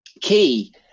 key